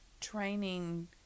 training